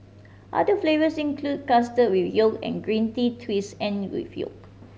other flavours include custard with yolk and green tea twist and with yolk